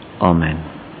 Amen